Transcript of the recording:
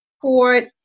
court